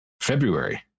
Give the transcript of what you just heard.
February